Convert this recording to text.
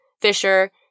Fisher